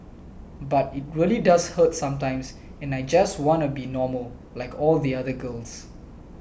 but it really does hurt sometimes and I just wanna be normal like all the other girls